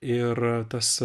ir tas